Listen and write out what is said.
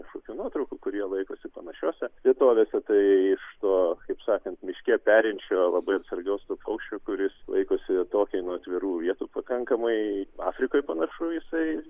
kažkokių nuotraukų kur jie laikosi panašiose vietovėse tai iš to kaip sakant miške perinčio labai atsargios to paukščio kuris laikosi atokiai nuo atvirų vietų pakankamai afrikoj panašu jisai